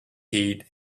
heat